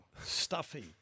Stuffy